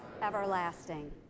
everlasting